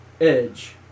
Edge